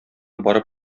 барып